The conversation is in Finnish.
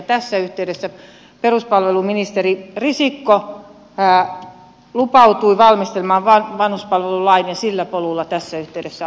tässä yhteydessä peruspalveluministeri risikko lupautui valmistelemaan vanhuspalvelulain ja sillä polulla tässä yhteydessä ollaan